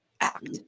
act